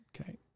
Okay